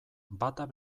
batak